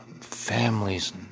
families